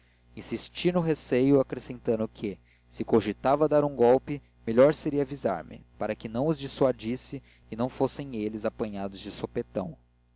no receio acrescentando que se cogitava dar um golpe melhor seria avisar me para que os dissuadisse e não fossem eles apanhados de supetão